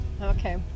Okay